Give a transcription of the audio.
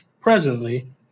presently